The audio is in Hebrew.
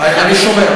אני שומע.